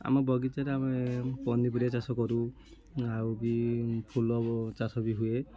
ଆମ ବଗିଚାରେ ଆମେ ପନିପରିବା ଚାଷ କରୁ ଆଉ ବି ଫୁଲ ଚାଷ ବି ହୁଏ